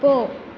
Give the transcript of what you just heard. போ